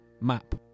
map